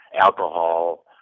alcohol